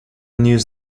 news